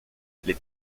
les